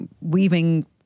weaving